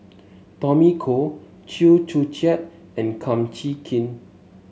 Tommy Koh Chew Joo Chiat and Kum Chee Kin